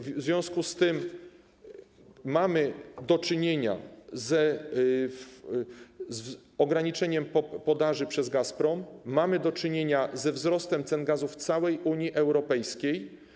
W związku z tym mamy do czynienia z ograniczeniem podaży przez Gazprom, mamy do czynienia ze wzrostem cen gazu w całej Unii Europejskiej.